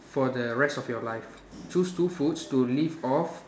for the rest of your life choose two foods to live off